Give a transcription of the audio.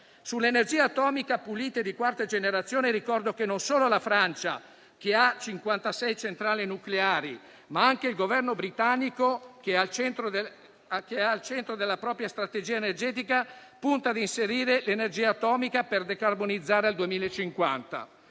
all'energia atomica pulita di quarta generazione, ricordo che la Francia ha 56 centrali nucleari e che il Governo britannico, che ha al centro della propria strategia la transizione energetica, punta a inserire l'energia atomica per decarbonizzare al 2050.